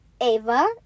Ava